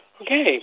Okay